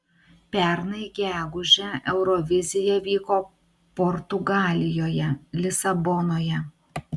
pernai gegužę eurovizija vyko portugalijoje lisabonoje